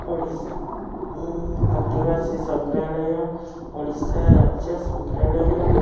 ଓଡ଼ିଶା ଆଦିବାସୀ ସଂଗ୍ରହାଳୟ ଓଡ଼ିଶା ରାଜ୍ୟ ସଂଗ୍ରହାଳୟ